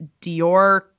Dior